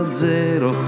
zero